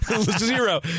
Zero